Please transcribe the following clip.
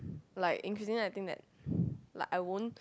like increasingly I think that like I won't